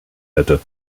hätte